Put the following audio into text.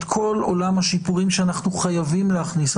כל עולם השיפורים שאנחנו חייבים להכניס.